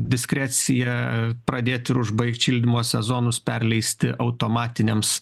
diskrecija pradėt ir užbaigt šildymo sezonus perleisti automatiniams